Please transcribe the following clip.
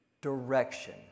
direction